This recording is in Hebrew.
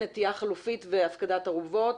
נטיעה חלופית והפקדת ערובות.